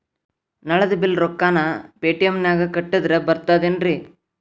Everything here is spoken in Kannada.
ನಳದ್ ಬಿಲ್ ರೊಕ್ಕನಾ ಪೇಟಿಎಂ ನಾಗ ಕಟ್ಟದ್ರೆ ಬರ್ತಾದೇನ್ರಿ?